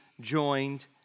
joined